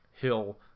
hill